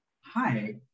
hi